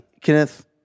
Kenneth